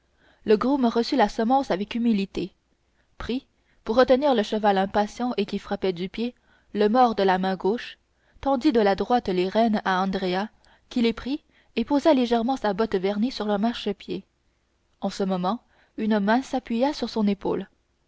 le groom reçut la semonce avec humilité prit pour retenir le cheval impatient et qui frappait du pied le mors de la main gauche tendit de la droite les rênes à andrea qui les prit et posa légèrement sa botte vernie sur le marchepied en ce moment une main s'appuya sur son épaule